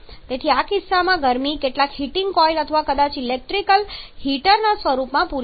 તેથી આ કિસ્સામાં ગરમી કેટલાક હીટિંગ કોઇલ અથવા કદાચ ઇલેક્ટ્રિકલ હીટરના સ્વરૂપમાં પૂરી પાડવામાં આવે છે